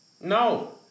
No